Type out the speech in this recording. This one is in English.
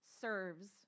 serves